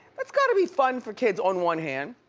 that's gotta be fun for kids on one hand.